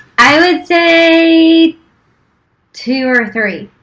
i would say two or three.